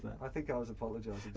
i think i was apologizing